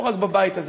לא רק בבית הזה,